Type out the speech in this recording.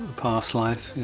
past life,